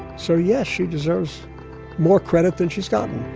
so yes, she deserves more credit than she's gotten.